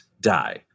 die